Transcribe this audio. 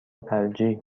ترجیح